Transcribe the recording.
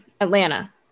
Atlanta